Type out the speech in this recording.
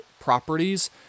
properties